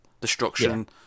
destruction